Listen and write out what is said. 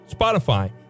Spotify